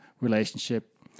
relationship